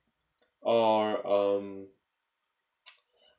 are um